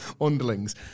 underlings